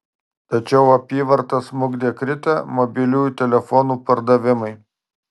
tačiau apyvartą smukdė kritę mobiliųjų telefonų pardavimai